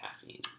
caffeine